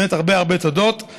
ובאמת הרבה הרבה תודות,